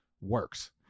works